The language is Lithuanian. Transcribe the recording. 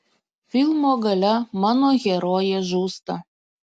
filmo gale mano herojė žūsta